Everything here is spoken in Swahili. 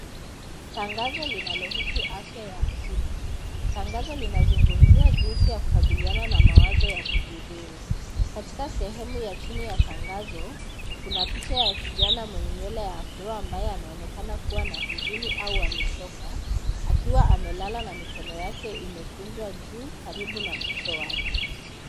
Tangazo linalohusu afya ya akili. Tangazo linazungumzia jinsi ya kukabiliana na mawazo ya kujidhuru. Katika sehemu ya chini ya tangazo, kuna picha ya kijana mwenye nywele ya afro ambaye anaonekana kuwa na huzuni au amechoka akiwa amelala na mikono yake imekunjwa juu karibu na uso wake.